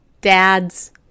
Dads